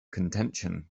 contention